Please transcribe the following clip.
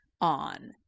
On